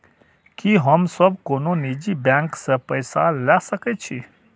की हम सब कोनो निजी बैंक से पैसा ले सके छी?